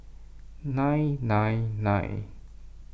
nine nine nine